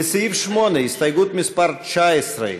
לסעיף 8, הסתייגות מס' 19,